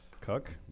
cook